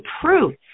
proof